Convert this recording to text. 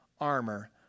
armor